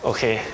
Okay